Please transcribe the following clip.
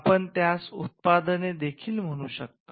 आपण त्यास उत्पादने देखील म्हणू शकता